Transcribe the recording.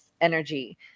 energy